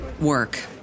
work